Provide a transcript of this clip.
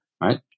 right